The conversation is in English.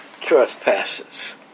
trespasses